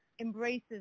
embraces